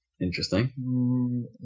interesting